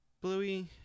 Bluey